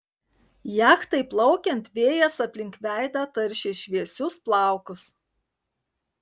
jachtai plaukiant vėjas aplink veidą taršė šviesius plaukus